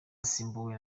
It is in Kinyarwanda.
asimbuwe